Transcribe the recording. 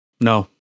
No